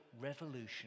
revolution